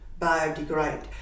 biodegrade